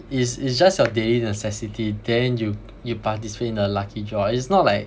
it's it's just your daily necessity then you you participate in a lucky draw it's not like